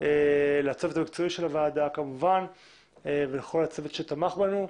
לצוות המקצועי של הוועדה ולכל הצוות שתמך בנו,